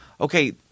okay